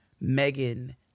Megan